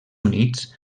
units